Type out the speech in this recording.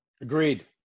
Agreed